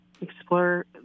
explore